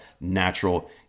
natural